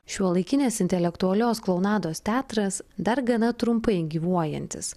šiuolaikinės intelektualios klounados teatras dar gana trumpai gyvuojantis